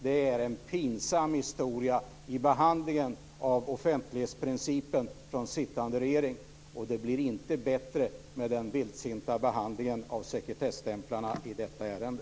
Det är en pinsam historia i behandlingen av offentlighetsprincipen från sittande regering, och det hela blir inte bättre med den vildsinta behandlingen av sekretesstämplarna i detta ärende.